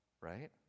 right